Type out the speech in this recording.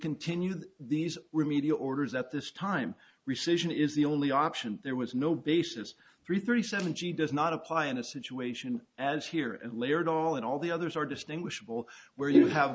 continue these remedial orders at this time rescission is the only option there was no basis three thirty seven g does not apply in a situation as here and layered all in all the others are distinguishable where you have